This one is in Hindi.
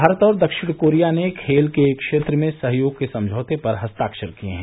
भारत और दक्षिण कोरिया ने खेल के क्षेत्र में सहयोग के समझौते पर हस्ताक्षर किए हैं